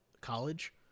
college